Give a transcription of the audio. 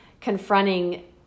confronting